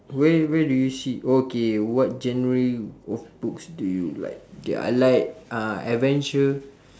where where do you see okay what genre of books do you like ya I like uh adventure